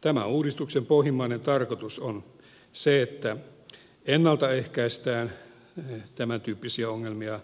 tämän uudistuksen pohjimmainen tarkoitus on se että ennalta ehkäistään tämäntyyppisiä ongelmia